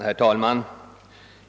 Herr talman!